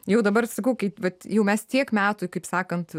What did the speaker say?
jau dabar sakau kaip vat jau mes tiek metų kaip sakant